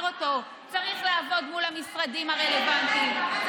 חוק צריך לעבוד מול המשרדים הרלוונטיים,